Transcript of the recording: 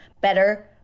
better